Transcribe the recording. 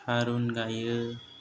थारुन गायो